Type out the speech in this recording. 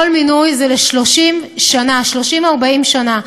כל מינוי זה ל-40-30 שנה.